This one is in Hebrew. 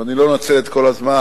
ואני לא אנצל את כל הזמן,